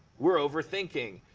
we're overthinking.